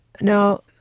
Now